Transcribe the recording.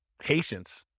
Patience